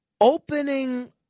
opening